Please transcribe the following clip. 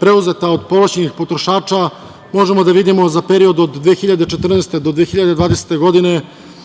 preuzeta od povlašćenih potrošača, možemo da vidimo za period od 2014. do 2020. godine